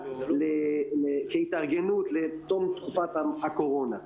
כהתארגנות לתום תקופת הקורונה.